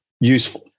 useful